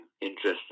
interesting